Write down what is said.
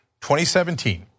2017